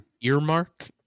earmark